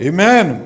Amen